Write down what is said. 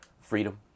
freedom